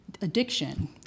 addiction